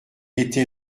était